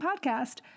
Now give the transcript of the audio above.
Podcast